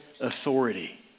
authority